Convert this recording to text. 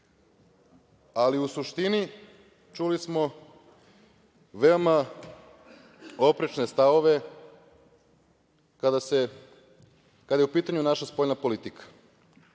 ali u suštini čuli smo veoma oprečne stavove, kada je u pitanju naša spoljna politika. Kao